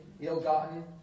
ill-gotten